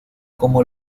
como